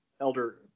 Elder